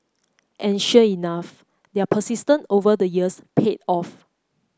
and sure enough their persistence over the years paid off